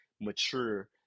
mature